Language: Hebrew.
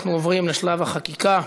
אנחנו עוברים לשלב החקיקה,